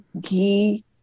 ghee